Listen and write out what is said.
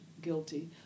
guilty